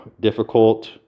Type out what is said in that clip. difficult